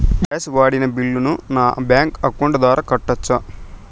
Gas వాడిన బిల్లును నా బ్యాంకు అకౌంట్ ద్వారా కట్టొచ్చా?